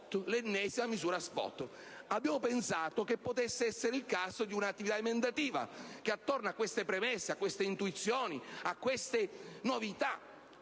Abbiamo pensato che potesse essere il caso di un'attività emendativa, che attorno a queste premesse ed intuizioni, a queste novità,